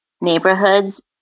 neighborhoods